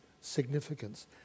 significance